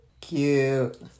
Cute